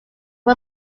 one